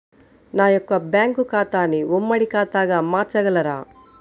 నా యొక్క బ్యాంకు ఖాతాని ఉమ్మడి ఖాతాగా మార్చగలరా?